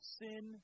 sin